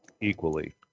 equally